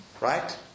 Right